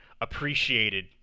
appreciated